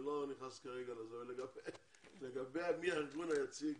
אני לא נכנס כרגע לגבי מי הארגון היציג,